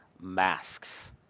masks